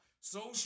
Social